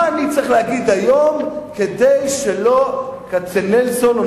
מה אני צריך להגיד היום כדי שלא כצנלסון או